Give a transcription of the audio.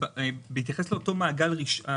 בהתייחס לאותו מעגל ראשון,